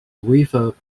river